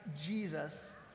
Jesus